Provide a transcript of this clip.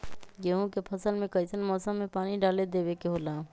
गेहूं के फसल में कइसन मौसम में पानी डालें देबे के होला?